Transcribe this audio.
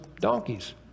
donkeys